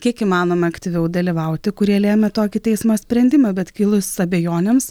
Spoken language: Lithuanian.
kiek įmanoma aktyviau dalyvauti kurie lėmė tokį teismo sprendimą bet kilus abejonėms